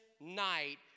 night